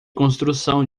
construção